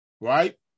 Right